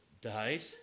died